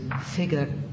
figure